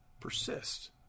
Persist